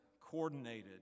coordinated